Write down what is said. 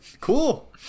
cool